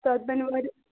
تَتھ بَنہِ وارِ